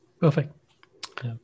Perfect